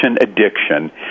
addiction